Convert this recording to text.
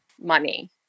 money